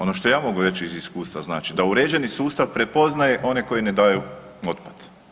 Ono što ja mogu reći iz iskustva, znači da uređeni sustav prepoznaje one koji ne daju otpad.